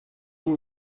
vous